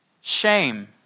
shame